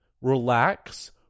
relax